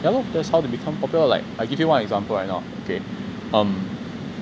yah lor that's how to become popular lah like I'll give you one example right now okay um